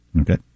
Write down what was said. Okay